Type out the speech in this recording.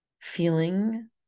feeling